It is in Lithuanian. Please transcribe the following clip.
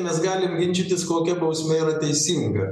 mes galim ginčytis kokia bausmė yra teisinga